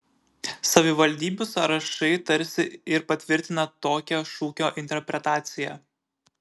savivaldybių sąrašai tarsi ir patvirtina tokią šūkio interpretaciją